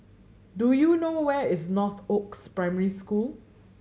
do you know where is Northoaks Primary School